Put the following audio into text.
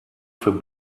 für